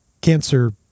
cancer